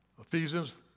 Ephesians